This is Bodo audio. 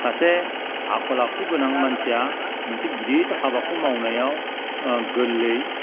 सासे आखल आखु गोनां मानसिया मोनसे गिदिर हाबाखौ मावनायाव गोरलै